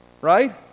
right